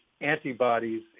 antibodies